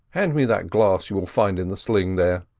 hand me that glass you will find in the sling there.